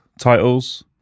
titles